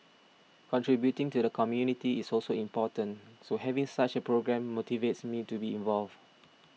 contributing to the community is also important so having such a programme motivates me to be involved